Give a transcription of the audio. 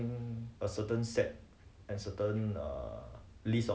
cause I think many months ago I think they have this er thought of